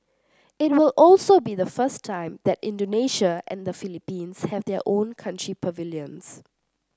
it will also be the first time that Indonesia and the Philippines have their own country pavilions